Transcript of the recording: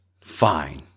fine